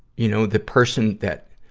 you know, the person that,